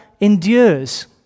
endures